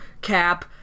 Cap